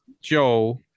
Joe